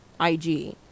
IG